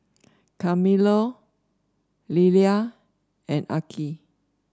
Carmelo Lelia and Arkie